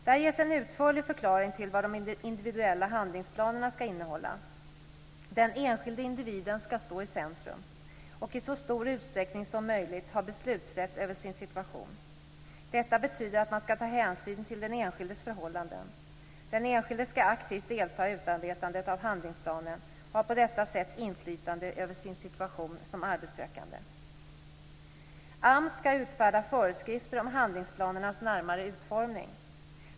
Där ges en utförlig förklaring till vad de individuella handlingsplanerna ska innehålla. Den enskilde individen ska stå i centrum och i så stor utsträckning som möjligt ha beslutsrätt över sin situation. Detta betyder att man ska ta hänsyn till den enskildes förhållanden. Den enskilde ska aktivt delta i utarbetandet av handlingsplanen och på detta sätt ha inflytande över sin situation som arbetssökande. AMS ska utfärda föreskrifter om handlingsplanernas närmare utformning.